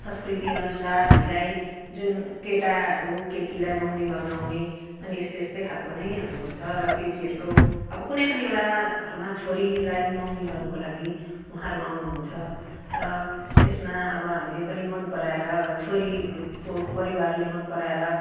संस्कृति अनुसार हामीलाई जुन केटाहरू केटीलाई मगनी गर्न आउने अनि यस्तै यस्तै खाले नै हाम्रो हुन्छ र केटीहरूको अब कुनै पनि एउटा घरमा छोरीलाई मगनी गर्नको लागि उहाँहरू आउनु हुन्छ र यसमा अब हामीले पनि मन पराएर एउटा छोरीको परिवारले मन पराएर